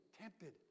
Tempted